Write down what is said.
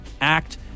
act